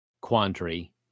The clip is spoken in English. quandary